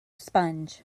sponge